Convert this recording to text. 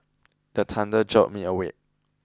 the thunder jolt me awake